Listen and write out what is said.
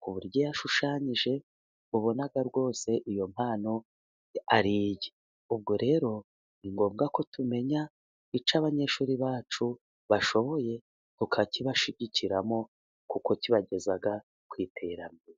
ku buryo iyo ashushanyije ubona rwose iyo mpano ari iye. Ubwo rero ni ngombwa ko tumenya icyo abanyeshuri bacu bashoboye, tukakibashigikiramo kuko kibageza ku iteranambere.